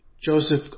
Joseph